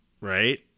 right